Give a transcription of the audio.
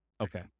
Okay